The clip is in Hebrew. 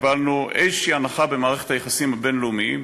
קיבלנו איזושהי הנחה במערכת היחסים הבין-לאומיים?